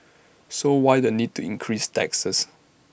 so why the need to increase taxes